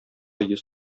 йөз